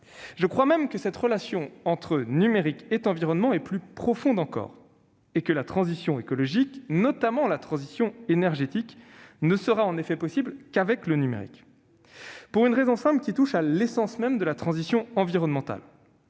Je crois même que cette relation entre numérique et environnement est plus profonde encore qu'il n'y paraît : la transition écologique, notamment la transition énergétique, ne sera possible qu'avec le numérique, pour une raison simple qui touche à l'essence même de la transition environnementale.